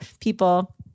people